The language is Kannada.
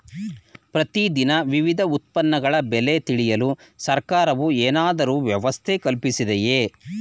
ಪ್ರತಿ ದಿನ ವಿವಿಧ ಉತ್ಪನ್ನಗಳ ಬೆಲೆ ತಿಳಿಯಲು ಸರ್ಕಾರವು ಏನಾದರೂ ವ್ಯವಸ್ಥೆ ಕಲ್ಪಿಸಿದೆಯೇ?